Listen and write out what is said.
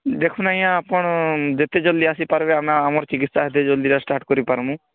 ଦେଖୁ ନାଇଁ ଆପଣ ଯେତେ ଜଲ୍ଦି ଆସିପାରିବେ ଆମେ ଆମର ଚିକିତ୍ସା ସେତେ ଜଲ୍ଦି ଷ୍ଟାର୍ଟ କରିପାର୍ମୁ